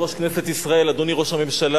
יושב-ראש כנסת ישראל, אדוני ראש הממשלה,